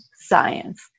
science